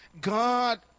God